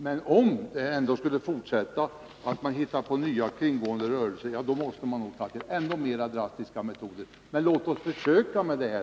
Men om man ändå skulle fortsätta att försöka hitta på nya kringgående rörelser måste vi nog ta till ännu mer drastiska metoder. Låt oss åtminstone försöka med det här.